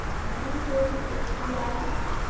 main course एक पुलाव